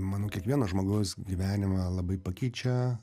manau kiekvieno žmogaus gyvenimą labai pakeičia